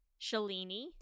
Shalini